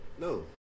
No